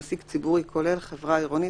"מעסיק ציבורי" חברה עירונית,